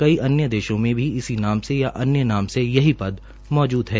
कई अन्य देशों में भी इस नाम से था अन्य से यही पद मौजूद है